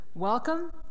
Welcome